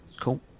cool